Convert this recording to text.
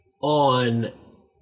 on